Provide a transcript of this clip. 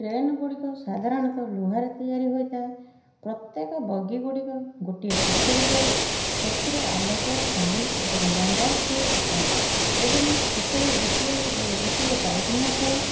train ଗୁଡ଼ିକ ସାଧାରଣତଃ ଲୁହାରେ ତିଆରି ହୋଇଥାଏ ପ୍ରତ୍ୟେକ ବଗି ଗୁଡ଼ିକ ଗୋଟେ କୋଠରୀ ପରି ସେଥିରେ ଆଲୋକ ଫ୍ୟାନ୍ ଏବଂ ଲମ୍ବା ସିଟ୍ ଥାଏ ଏବଂ ଶେଷରେ ଗୋଟିଏ ଗୋଟିଏ ପାଇଖାନା ଥାଏ